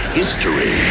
history